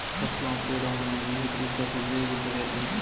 फसलों पेड़ो में निहित ऊर्जा को जैव ऊर्जा कहते हैं